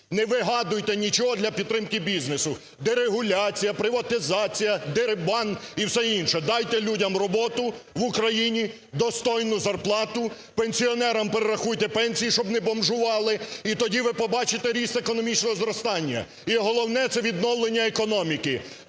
Не вигадуйте нічого для підтримки бізнесу: дерегуляція, приватизація, дерибан і все інше. Дайте людям роботу в Україні, достойну зарплату, пенсіонерам перерахуйте пенсію, щоб не бомжували, і тоді ви побачите ріст економічного зростання, і головне – це відновлення економіки